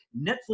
netflix